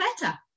better